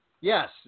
Yes